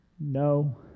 No